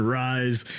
rise